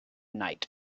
night